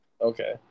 Okay